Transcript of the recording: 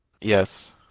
Yes